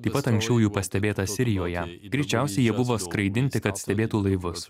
taip pat anksčiau jų pastebėta sirijoje greičiausiai jie buvo skraidinti kad stebėtų laivus